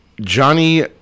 Johnny